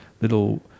little